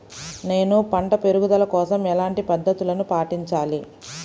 నేను పంట పెరుగుదల కోసం ఎలాంటి పద్దతులను పాటించాలి?